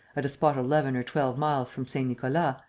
at a spot eleven or twelve miles from saint-nicolas,